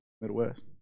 Midwest